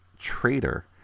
Traitor